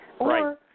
Right